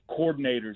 coordinators